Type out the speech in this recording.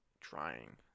trying